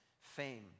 fame